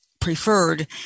preferred